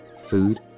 food